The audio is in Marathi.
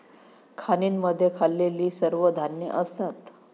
खाणींमध्ये खाल्लेली सर्व धान्ये असतात